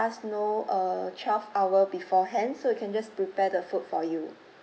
know uh twelve hour beforehand so we can just prepare the food for you